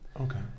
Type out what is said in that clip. Okay